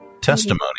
testimony